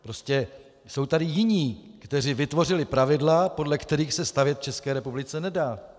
Prostě jsou tady jiní, kteří vytvořili pravidla, podle kterých se stavět v České republice nedá.